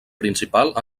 principal